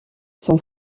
son